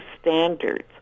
standards